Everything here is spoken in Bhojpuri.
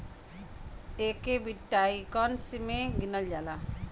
एके बिट्काइन मे गिनल जाला